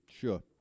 Sure